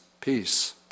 peace